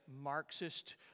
Marxist